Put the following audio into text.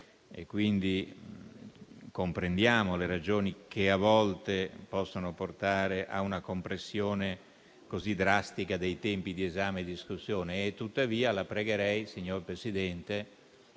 e quindi comprendiamo le ragioni che, a volte, possono portare a una compressione così drastica dei tempi di esame e di discussione. Tuttavia, signor Presidente,